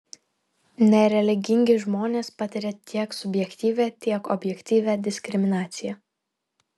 nereligingi žmonės patiria tiek subjektyvią tiek objektyvią diskriminaciją